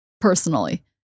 personally